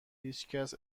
هیچکس